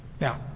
Now